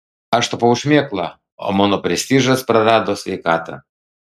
aš tapau šmėkla o mano prestižas prarado sveikatą